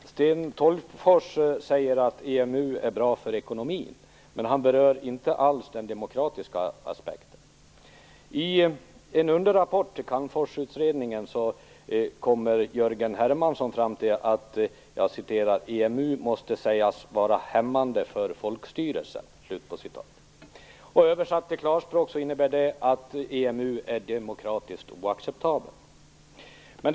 Herr talman! Sten Tolgfors säger att EMU är bra för ekonomin, men han berör inte alls den demokratiska aspekten. I en underrapport till Calmforsutredningen kommer Jörgen Hermansson fram till att "EMU måste sägas vara hämmande för folkstyrelsen". Översatt till klarspråk innebär det att EMU är demokratiskt oacceptabelt.